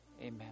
amen